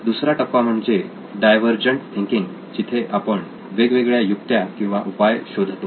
दुसरा टप्पा म्हणजे डायव्हर्जन्ट थिंकिंग जिथे आपण वेगवेगळ्या युक्त्या किंवा उपाय शोधतो